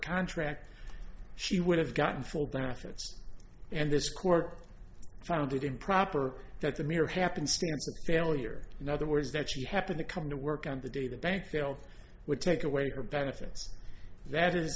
contract she would have gotten full benefits and this court found it improper that the mere happenstance the failure in other words that she happened to come to work on the day the bank failed would take away her benefits that is